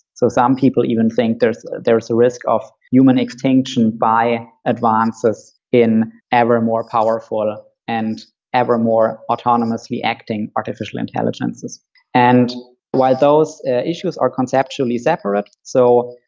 so some people even think there is a risk of human extinction by advances in ever more powerful and and ever more autonomously acting artificial intelligences. and while those issues are conceptually separate, so,